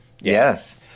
Yes